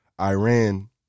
Iran